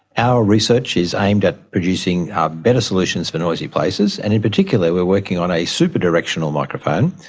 our research is aimed at producing better solutions for noisy places, and in particular we are working on a super-directional microphone.